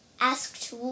asked